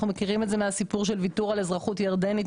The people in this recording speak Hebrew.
אנחנו מכירים את זה מהסיפור של ויתור על אזרחות ירדנית